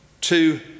Two